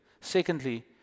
Secondly